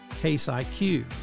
CaseIQ